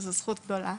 וזו זכות גדולה.